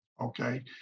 okay